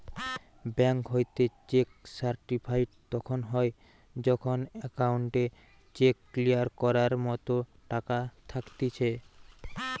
bank হইতে cheque certified তখন হয় যখন অ্যাকাউন্টে চেক ক্লিয়ার করার মতো টাকা থাকতিছে